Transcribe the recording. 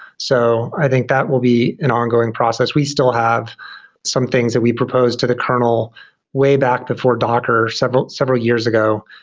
so i think that will be an ongoing process we still have some things that we proposed to the kernel way back before docker several several years ago,